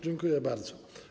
Dziękuję bardzo.